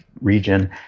region